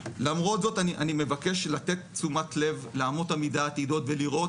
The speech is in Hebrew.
למרות זאת אני מבקש לתת תשומת לב לאמות המידה העתידיות ולראות